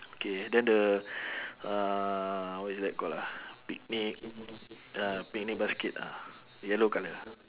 okay then the uh what is that call ah picnic uh picnic basket ah yellow colour